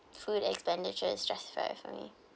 food expenditure is justified for me